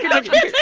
yeah ok.